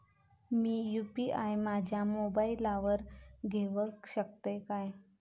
मी UPI माझ्या मोबाईलावर घेवक शकतय काय?